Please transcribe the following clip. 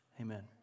Amen